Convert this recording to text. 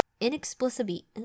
inexplicably